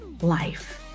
life